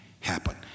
happen